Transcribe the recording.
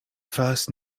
first